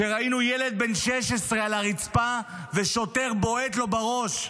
כשראינו ילד בן 16 על הרצפה, ושוטר בועט לו בראש.